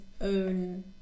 own